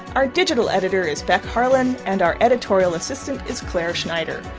our digital editor is beck harlan. and our editorial assistant is clare schneider.